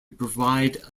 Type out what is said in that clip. provide